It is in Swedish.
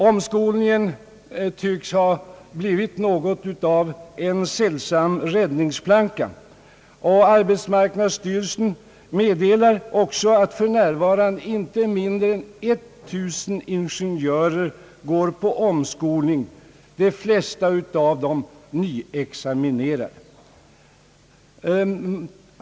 Omskolningen tycks ha blivit något av en sällsam räddningsplanka. Arbetsmarknadsstyrelsen meddelar också att för närvarande inte mindre än 1 000 ingenjörer går på omskolning, de flesta av dem nyexaminerade.